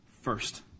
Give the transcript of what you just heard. first